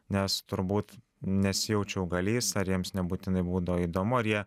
nes turbūt nesijaučiau galįs ar jiems nebūtinai būdavo įdomu ar jie